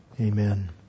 Amen